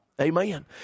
Amen